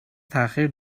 تاخیر